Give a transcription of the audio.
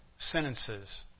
sentences